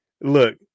Look